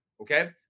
Okay